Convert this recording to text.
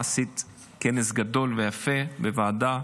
עשית כנס גדול ויפה בוועדה,